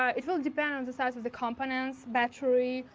um it will depend on the size of the components. battery,